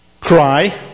cry